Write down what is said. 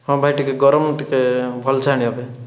ହଁ ଭାଇ ଟିକିଏ ଗରମ ଟିକିଏ ଭଲସେ ଆଣିବ ଭାଇ